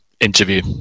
interview